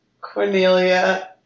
Cornelia